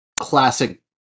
classic